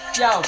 yo